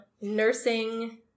nursing